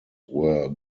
were